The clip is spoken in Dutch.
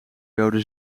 dode